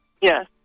Yes